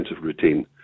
routine